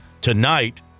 tonight